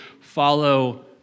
follow